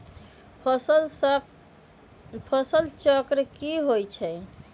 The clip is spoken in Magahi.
फसल चक्र की होइ छई?